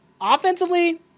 Offensively